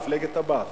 מפלגת הבעת'.